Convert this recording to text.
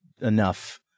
enough